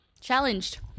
challenged